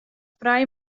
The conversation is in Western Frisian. frij